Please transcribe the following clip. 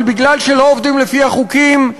אבל בגלל שלא עובדים לפי החוקים,